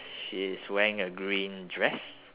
she's wearing a green dress